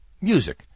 music